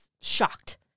shocked